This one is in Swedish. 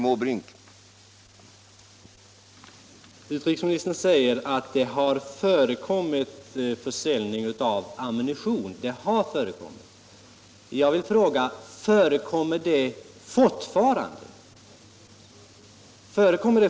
Om svenskt initiativ Herr talman!